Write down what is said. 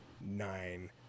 nine